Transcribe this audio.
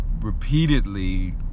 repeatedly